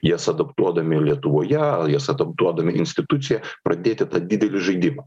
jas adaptuodami lietuvoje jas adaptuodami institucijoje pradėti tą didelį žaidimą